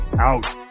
out